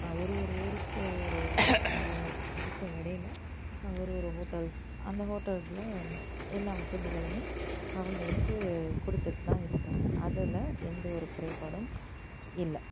ஒரு ஒரு ஊருக்கும் ஒரு ஒரு இதுக்கும் இடைல ஒரு ஒரு ஹோட்டல்ஸ் அந்த ஹோட்டல்ஸில் எல்லா வசதிகளுமே அவங்களுக்கு கொடுத்துட்டு தான் இருக்குறாங்க அதில் எந்த ஒரு குறைபாடும் இல்லை